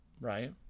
right